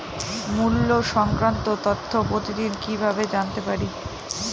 মুল্য সংক্রান্ত তথ্য প্রতিদিন কিভাবে জানতে পারি?